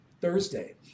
Thursday